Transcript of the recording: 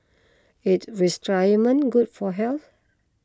is good for health